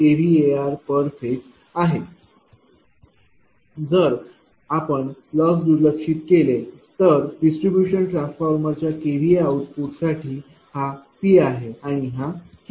जर आपण लॉस दुर्लक्षित केले तर डिस्ट्रीब्यूशन ट्रान्सफॉर्मरच्या kVA आउटपुट साठी हा P आहे आणि हा Q आहे